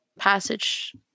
passage